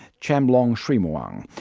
chamlong srimuang.